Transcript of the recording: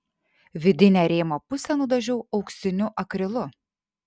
vidinę rėmo pusę nudažiau auksiniu akrilu